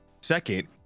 second